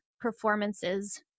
performances